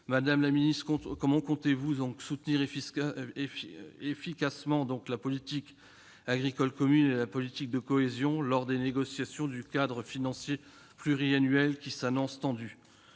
Madame la secrétaire d'État, comment comptez-vous soutenir efficacement la politique agricole commune et la politique de cohésion lors des négociations du cadre financier pluriannuel, qui s'annoncent tendues